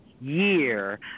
year